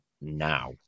now